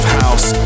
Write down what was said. house